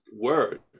word